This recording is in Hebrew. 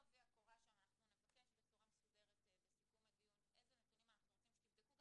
אנחנו נבקש בצורה מסודרת בסיכום הדיון איזה נתונים אנחנו רוצים שתבדקו.